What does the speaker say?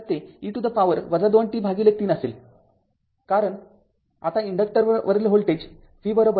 तरते e to the power २t३ असेल कारण आता इन्डक्टर वरील व्होल्टेज vLdidt आहे